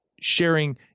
sharing